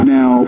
Now